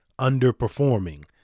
underperforming